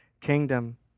kingdom